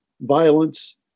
Violence